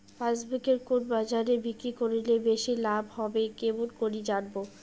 পাশের কুন বাজারে বিক্রি করিলে বেশি লাভ হবে কেমন করি জানবো?